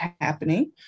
happening